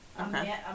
Okay